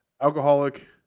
alcoholic